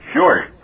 Sure